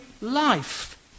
life